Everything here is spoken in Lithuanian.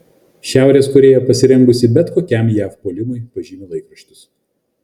šiaurės korėja pasirengusi bet kokiam jav puolimui pažymi laikraštis